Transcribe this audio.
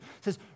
says